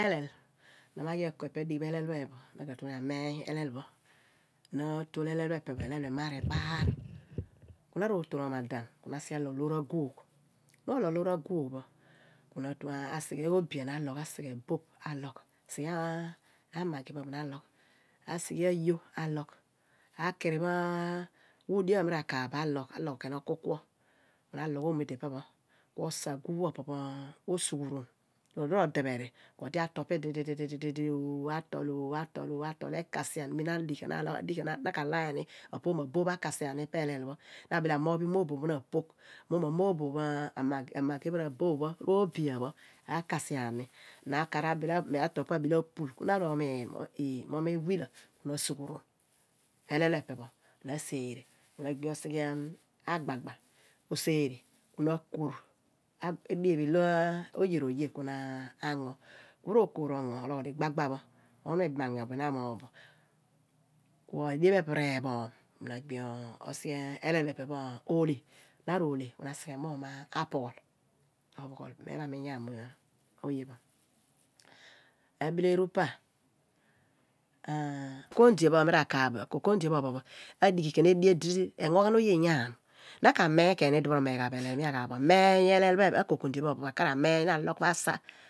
Elell na ma ghi ako epe dighi elell phe pho atu ameeny elell pho na elell pho emaar ebaal nu rotol romadan na sighe alogh loor aguugh na ro loqh loor aguugh pho ku na tu asique oobian na loqh asiqhe booh alogh na sighe maqgie alogh asique ayo ka loqh akirip whudia ro kukwo aloqh na loqh oomo idi pa pho ku oja guugh pho opo pho osuqhuron ku odi rodeheri ro tol pa idi di di di di atol oro atol ooo atol ekasian bru na di ka na ka laiyni apoqh ma boqh pho akasiani pa elell na bile amoghi mooboph pho apoqh mumo oobiam pho abiph pho amagi pho akasian ku akaar atol pa abile apul na ro omiin mo ma willa kuna asuqhuon elell pho epe pho ku na sereh ku agbi osighe agbagba osereh ku na akoor edien pho ilo oyeroye na agno nen rokoor ro gho ologhi di gba gba pho onhu ibam arinumuun pho abipho na amogh bo mu edien pho ope pho na agbi osique alell phe epe oleh na roleh ku na asique mum apughol obile eru pa akon dia pho ophon pho mira kaaph bo adighi kuen edien di regho oye yaam na ka meeny khen idi pho ro meeny ghaaph bo omeeny akonkondia pho ophon pho na logh asa